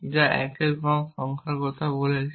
যা 1 এর কম সংখ্যার কথা বলছে